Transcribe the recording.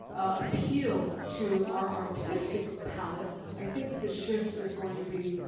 appeal to our artistic palette, i think that the shift is going to be,